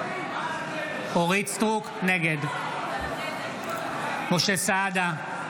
נגד משה סעדה,